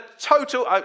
total